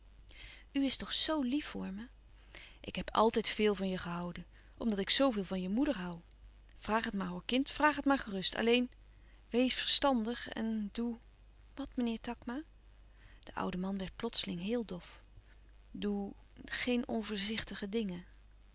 is toch zoo lief voor me ik heb altijd veel van je gehouden omdat ik zoo veel van je moeder hoû vraag het maar hoor kind vraag het maar gerust alleen wees verstandig en doe wat meneer takma de oude man werd plotseling heel dof doe geen onvoorzichtige dingen